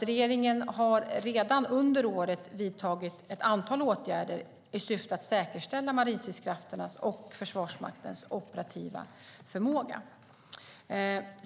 Regeringen har redan under året vidtagit ett antal åtgärder i syfte att säkerställa marinstridskrafternas och Försvarsmaktens operativa förmåga.